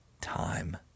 time